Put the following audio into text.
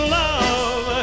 love